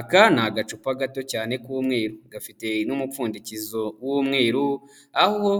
Aka ni agacupa gato cyane k'umwe gafite n'umupfundikizo w'umweru, aho